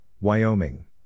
Wyoming